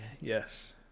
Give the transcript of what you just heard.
Yes